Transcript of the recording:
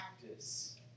practice